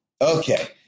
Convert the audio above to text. Okay